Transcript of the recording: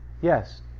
Yes